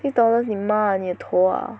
six dollars 你妈啦你的头啦